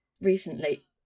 recently